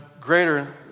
greater